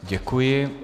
Děkuji.